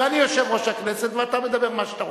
ואני יושב-ראש הכנסת ואתה מדבר מה שאתה רוצה.